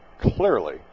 clearly